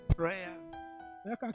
prayer